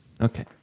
Okay